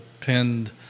pinned